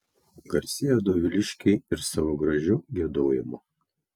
garsėjo doviliškiai ir savo gražiu giedojimu